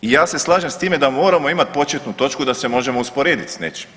I ja se slažem sa time da moramo imati početnu točku da se možemo usporediti sa nečim.